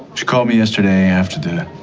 she called me yesterday after the